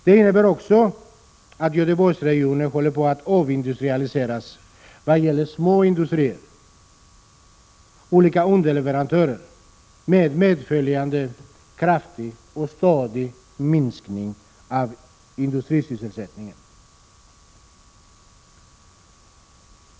Det innebär också att Göteborgs regionen håller på att avindustrialiseras när det gäller småindustri och Prot. 1986/87:128 underleverantörer, vilket medför en kraftig och stadig minskning av industri 21 maj 1987 sysselsättningen.